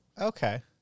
Okay